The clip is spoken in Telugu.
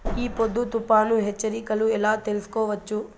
ఈ పొద్దు తుఫాను హెచ్చరికలు ఎలా తెలుసుకోవచ్చు?